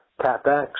CapEx